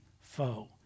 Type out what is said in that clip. foe